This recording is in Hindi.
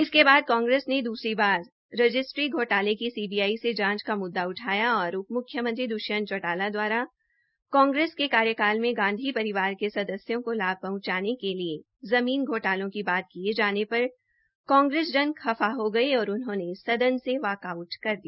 इसके बाद कांग्रेस ने दूसरी बार रजिस्ट्री घोटाले की सीबीआई से जांच की मुद्दा उठाया और उप म्ख्यमंत्री दृष्यंत चौटाला दवारा कांग्रेस के कार्यकाल में गांधी परिवार के सदस्यों को लाभ पहचाने के लिए ज़मीन घोटालों की बात किये जाने पर कांग्रेस जन खफा हो गये और सदन से वाकआऊट कर दिया